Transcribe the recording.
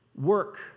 work